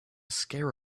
scare